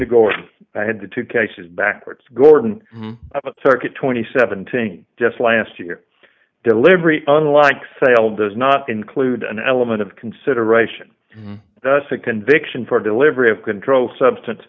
if i had the two cases backwards gordon circuit twenty seven think just last year delivery unlike sale does not include an element of consideration thus a conviction for delivery of controlled substance